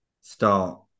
start